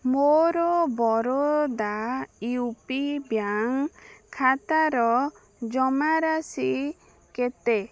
ମୋର Baroda U P bank ଖାତାର ଜମାରାଶି କେତେ